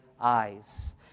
eyes